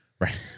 Right